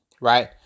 right